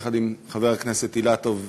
יחד עם חבר הכנסת אילטוב.